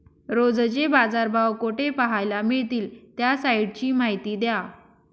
रोजचे बाजारभाव कोठे पहायला मिळतील? त्या साईटची माहिती द्यावी